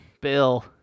Bill